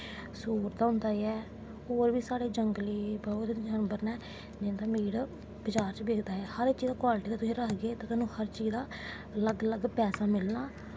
सूर दा होंदा ऐ होर बी साढ़े जंगली बौह्त जानबर न जिं'दा मीट बजार च बिकदा ऐ हर जे कवालटी दा तुस रक्खगे ते तोआनूं हर चीज दा अलग अलग पैहा मिलना